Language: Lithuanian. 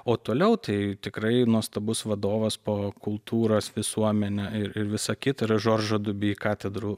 o toliau tai tikrai nuostabus vadovas po kultūros visuomenę ir ir visa kita yra žoržo dubi katedrų